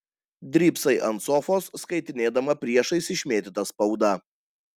drybsai ant sofos skaitinėdama priešais išmėtytą spaudą